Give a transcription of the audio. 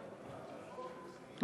זו הצעת חוק.